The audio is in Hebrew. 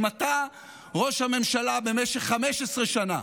אם אתה ראש הממשלה במשך 15 שנה,